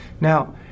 Now